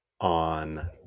on